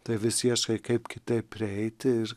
tai vis ieškai kaip kitaip prieiti ir